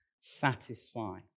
satisfy